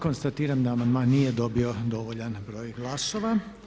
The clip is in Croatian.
Konstatiram da amandman nije dobio dovoljan broj glasova.